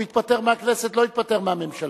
הוא התפטר מהכנסת, לא התפטר מהממשלה.